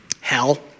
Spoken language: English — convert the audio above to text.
Hell